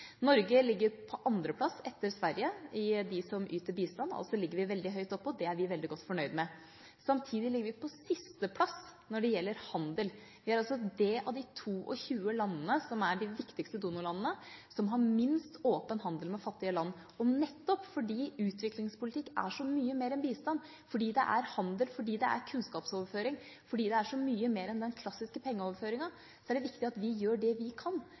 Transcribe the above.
Norge ligger på andreplass, etter Sverige, av dem som yter bistand. Vi ligger altså veldig høyt oppe, og det er vi veldig godt fornøyd med. Samtidig ligger vi på sisteplass når det gjelder handel. Vi er altså det landet av de 22 landene som er de viktigste donorlandene, som har minst åpen handel med fattige land. Nettopp fordi utviklingspolitikk er så mye mer enn bistand, fordi det er handel, fordi det er kunnskapsoverføring, fordi det er så mye mer enn den klassiske pengeoverføringen, er det viktig at vi gjør det vi kan